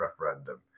referendum